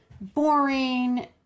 boring